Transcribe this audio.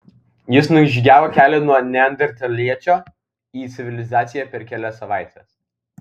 jis nužygiavo kelią nuo neandertaliečio į civilizaciją per kelias savaites